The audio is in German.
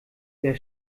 der